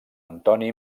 antoni